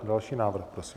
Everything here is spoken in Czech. Další návrh prosím.